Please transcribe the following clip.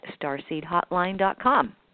starseedhotline.com